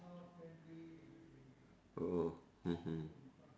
oh mmhmm